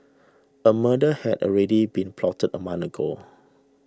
a murder had already been plotted a month ago